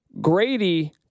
Grady